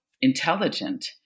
intelligent